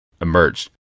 emerged